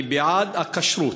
אני בעד הכשרות,